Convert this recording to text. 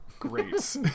great